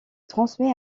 transmet